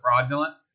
fraudulent